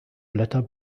blätter